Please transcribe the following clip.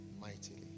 mightily